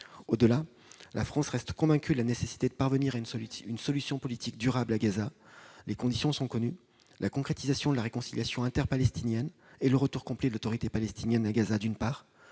Au-delà, la France reste convaincue de la nécessité de parvenir à une solution politique durable à Gaza. Les conditions sont connues : la concrétisation de la réconciliation interpalestinienne et le retour complet de l'Autorité palestinienne à Gaza, d'une part,